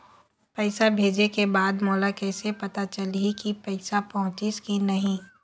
पैसा भेजे के बाद मोला कैसे पता चलही की पैसा पहुंचिस कि नहीं?